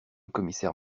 commissaire